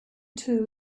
two